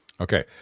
Okay